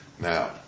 Now